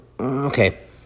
okay